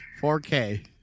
4K